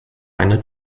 eine